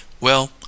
Well